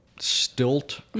stilt